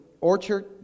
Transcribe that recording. orchard